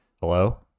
Hello